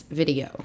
video